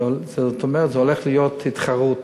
זאת אומרת שהולכת להיות תחרות